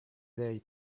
day